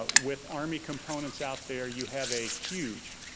but with army components out there, you have a huge